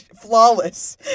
Flawless